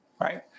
right